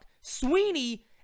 Sweeney